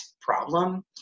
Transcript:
problem